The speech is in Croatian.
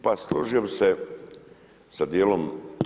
Pa složio bih se sa dijelom.